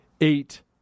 Eight